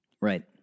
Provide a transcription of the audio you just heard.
Right